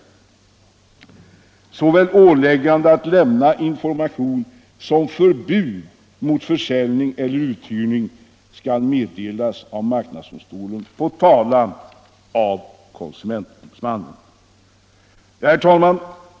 Såväl åläggande att lämna information som förbud mot försäljning eller uthyrning skall meddelas av marknadsdomstolen på talan av konsumentombudsmannen. Herr talman!